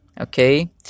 okay